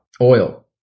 Oil